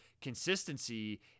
consistency